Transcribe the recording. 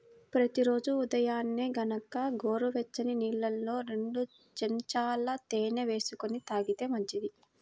ప్రతి రోజూ ఉదయాన్నే గనక గోరువెచ్చని నీళ్ళల్లో రెండు చెంచాల తేనె వేసుకొని తాగితే మంచిది